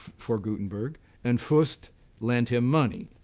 for gutenberg. and fust lent him money.